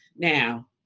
now